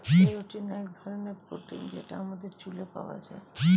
keratin এক ধরনের protein যেটা আমাদের চুলে পাওয়া যায়